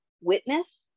witness